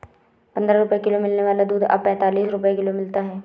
पंद्रह रुपए किलो मिलने वाला दूध अब पैंतालीस रुपए किलो मिलता है